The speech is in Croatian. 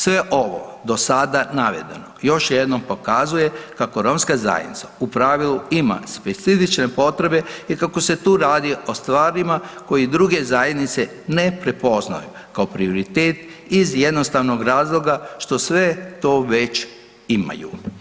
Sve ovo do sada navedeno još jednom pokazuje kako romska zajednica u pravilu ima specifične potrebe i kako se tu radi o stvarima koje druge zajednice ne prepoznaju kao prioritet iz jednostavnog razloga što sve to već imaju.